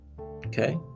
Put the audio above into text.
okay